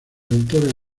autores